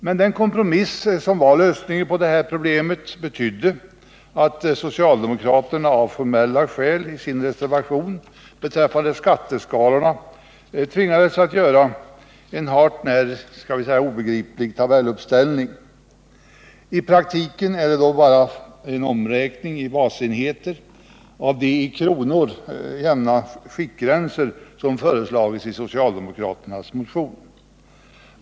Men den kompromiss som var lösningen på problemet betydde att socialdemokraterna av formella skäl i sin reservation beträffande skatteskalorna tvingades göra en hart när obegriplig tabelluppställning. I praktiken är den bara en omräkning i basenheter av de i kronor räknade jämna skiktgränser som föreslagits i socialdemokraternas motion.